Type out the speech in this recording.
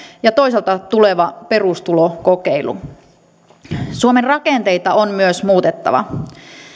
ja toisaalta tuleva perustulokokeilu myös suomen rakenteita on muutettava